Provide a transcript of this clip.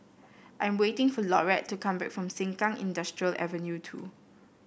I'm waiting for Laurette to come back from Sengkang Industrial Avenue two